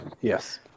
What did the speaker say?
Yes